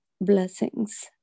blessings